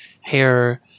hair